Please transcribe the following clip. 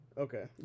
Okay